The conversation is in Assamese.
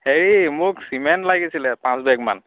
হেৰি মোক চিমেণ্ট লাগিছিলে পাঁচ বেগমান